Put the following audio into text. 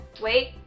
Wait